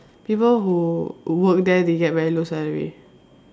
people who work there they get very low salary